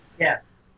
Yes